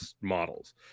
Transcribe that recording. models